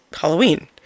Halloween